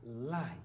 life